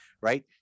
right